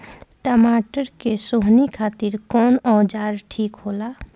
टमाटर के सोहनी खातिर कौन औजार ठीक होला?